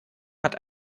hat